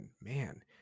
Man